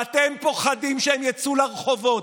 ואתם פוחדים שהם יצאו לרחובות,